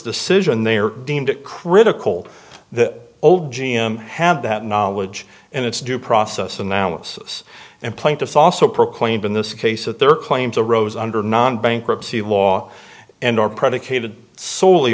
decision they are deemed it critical that old g m have that knowledge and its due process analysis and plaintiffs also proclaimed in this case that their claims arose under non bankruptcy law and are predicated sole